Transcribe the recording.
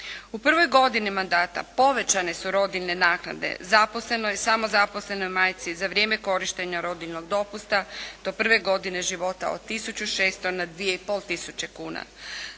U prvoj godini mandata povećane su rodiljne naknade zaposlenoj, samo zaposlenoj majci za vrijeme korištenja rodiljnog dopusta do prve godine života od 1600 na 2 i